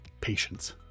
patience